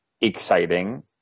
exciting